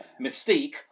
Mystique